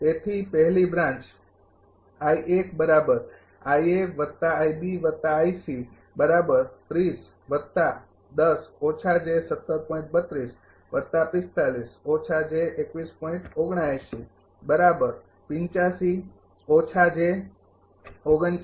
તેથી પહેલી બ્રાન્ચ